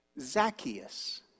Zacchaeus